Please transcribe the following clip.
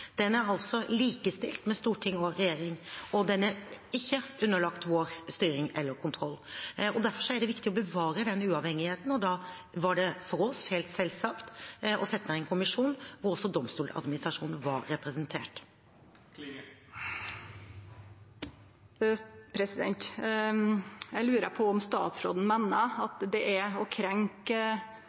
styring eller kontroll. Derfor er det viktig å bevare denne uavhengigheten. Da var det for oss helt selvsagt å sette ned en kommisjon der også Domstoladministrasjonen var representert. Eg lurer på om statsråden meiner at det er å